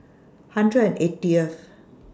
hundred and eightieth